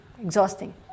exhausting